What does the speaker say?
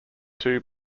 two